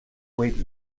wait